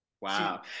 wow